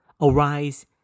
arise